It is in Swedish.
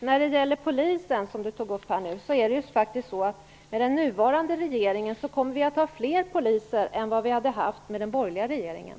Birgit Henriksson tog upp polisen. Med den nuvarande regeringen kommer det faktiskt att finnas fler poliser än vad som skulle ha funnits med den borgerliga regeringen.